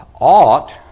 ought